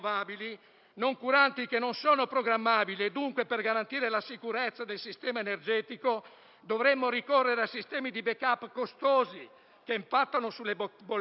del fatto che non sono programmabili e dunque, per garantire la sicurezza del sistema energetico, dovremo ricorrere a sistemi di *backup* costosi, che impattano sulle bollette,